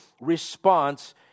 response